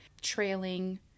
trailing